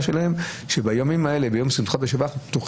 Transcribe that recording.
שבאו